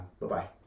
Bye-bye